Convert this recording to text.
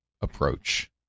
approach